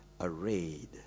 arrayed